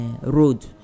road